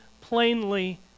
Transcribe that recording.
plainly